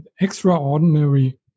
extraordinary